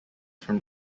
from